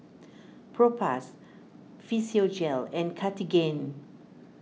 Propass Physiogel and Cartigain